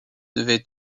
devait